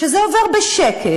שזה עובר בשקט,